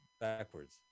backwards